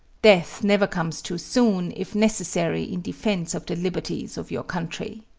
death never comes too soon, if necessary in defence of the liberties of your country.